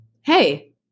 hey